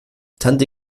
tante